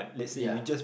ya